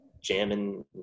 jamming